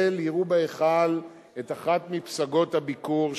יראו בהיכל את אחת מפסגות הביקור שלהם.